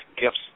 gifts